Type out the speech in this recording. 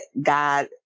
God